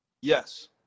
Yes